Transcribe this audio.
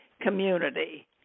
community